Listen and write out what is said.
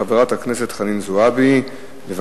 של חברת הכנסת חנין זועבי: מצוקותיהם של התושבים הערבים בלוד.